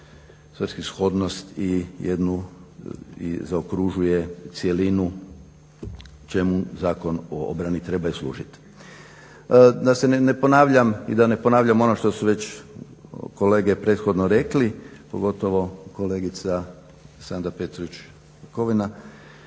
svrsishodnost i zaokružuje cjelinu čemu Zakon o obrani treba i služiti. Da se ne ponavljam i da ne ponavljam ono što su već kolege prethodno rekli, pogotovo kolegica Sandra Petrović Jakovina,